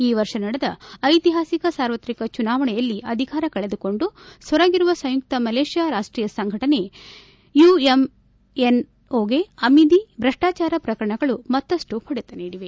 ಈ ವರ್ಷ ನಡೆದ ಐತಿಹಾಸಿಕ ಸಾರ್ವತ್ರಿಕ ಚುನಾವಣೆಯಲ್ಲಿ ಅಧಿಕಾರ ಕಳೆದುಕೊಂಡು ಸೊರಗಿರುವ ಸಂಯುಕ್ತ ಮಲೇಷ್ಠಾ ರಾಷ್ಟೀಯ ಸಂಘಟನೆ ಯುಎಂಎನ್ಒಗೆ ಅಮಿದಿ ಭ್ರಷ್ಟಾಚಾರ ಪ್ರಕರಣಗಳು ಮತ್ತಪ್ಪು ಹೊಡೆತ ನೀಡಿದೆ